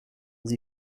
sie